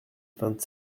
vingt